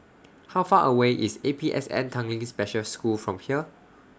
How Far away IS A P S N Tanglin Special School from here